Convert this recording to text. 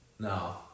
No